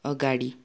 अगाडि